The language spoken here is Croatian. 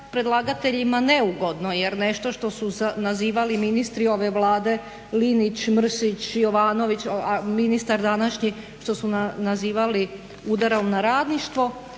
predlagateljima neugodno jer nešto što su nazivali ministri ove Vlade Linić, Mrsić, Jovanović, ministar današnjih što su nazivali udarom na radništvo,